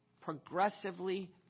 progressively